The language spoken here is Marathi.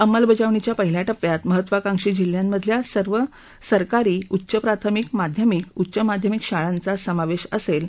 अंमलबजावणीच्या पहिल्या टप्प्यात महत्वाकांक्षी जिल्ह्यांमधल्या सर्व सरकारी उच्च प्राथमिक माध्यमिक उच्च माध्यमिक शाळांचा समावेश असेल असं ते म्हणाले